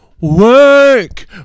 work